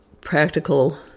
practical